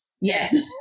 Yes